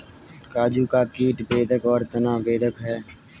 काजू का कीट जड़ बेधक और तना बेधक है